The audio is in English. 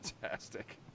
fantastic